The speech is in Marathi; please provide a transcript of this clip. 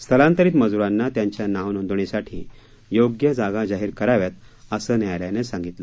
स्थलांतरित मजुरांना त्यांच्या नाव नोंदणीसाठी योग्य जागा जाहीर कराव्यात असं न्यायालयानं सांगितलं